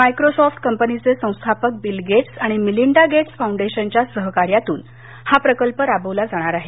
Microsoft कंपनीचे संस्थापक Bill Gates आणि मिलिंडा गेट्स फौंडेशनच्या सहकार्यातून हा प्रकल्प राबवला जाणार आहे